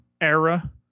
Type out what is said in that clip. era